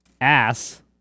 ass